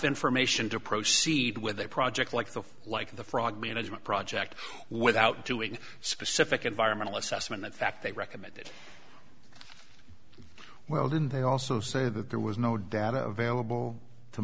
information to proceed with a project like the like the frog management project without doing specific environmental assessment in fact they recommended well didn't they also say that there was no data available to